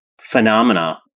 phenomena